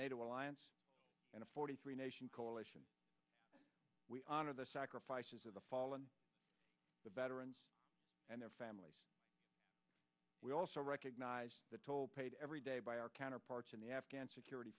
nato alliance and a forty three nation coalition we honor the sacrifices of the fallen the veterans and their families we also recognize the toll paid every day by our counterparts in the afghan security